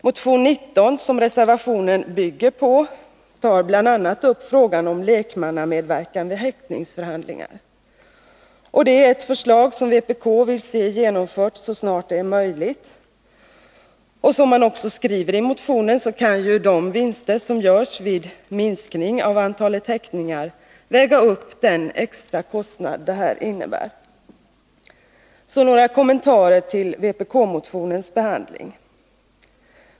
Motion 19, som reservationen bygger på, tar bl.a. upp frågan om lekmannamedverkan vid häktningsförhandlingar. Det är ett förslag som vpk vill se genomfört så snart det är möjligt, och som också skrivs i motionen kan ju de vinster som görs vid minskning av antalet häktningar väga upp den extra kostnad detta innebär. Så några kommentarer till vpk-motionens behandling.